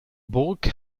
burg